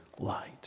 light